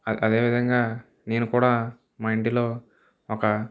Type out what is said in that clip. అదేవిధంగా నేను కూడా మా ఇంట్లో ఒక